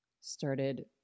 started